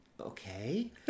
okay